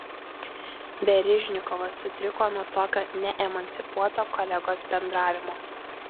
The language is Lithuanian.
verižnikovas sutriko nuo tokio neemancipuoto kolegos bendravimo